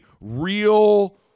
real